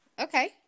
Okay